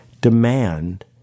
demand